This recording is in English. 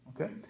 okay